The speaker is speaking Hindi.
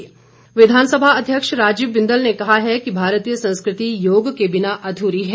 बिंदल विधानसभा अध्यक्ष राजीव बिंदल ने कहा है कि भारतीय संस्कृति योग के बिना अध्री है